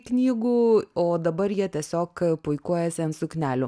knygų o dabar jie tiesiog puikuojasi ant suknelių